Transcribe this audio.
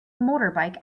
motorbike